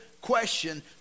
question